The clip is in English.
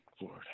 Lord